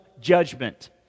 judgment